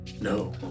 No